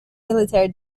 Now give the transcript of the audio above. military